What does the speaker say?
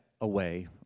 away